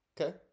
Okay